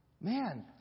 man